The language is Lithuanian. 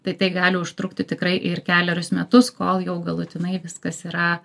tai tai gali užtrukti tikrai ir kelerius metus kol jau galutinai viskas yra